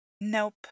Nope